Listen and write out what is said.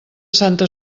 santa